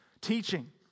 teaching